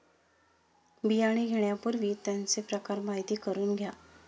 बियाणे घेण्यापूर्वी त्यांचे प्रकार माहिती करून घ्या